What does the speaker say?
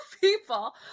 people